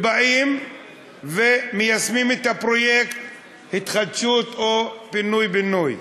ומיישמים פרויקט התחדשות, או פינוי-בינוי,